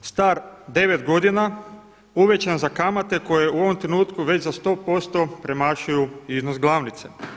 star 9 godina uvećan za kamate koje u ovom trenutku već za 100% premašuju iznos glavnice.